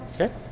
Okay